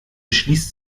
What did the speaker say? schließt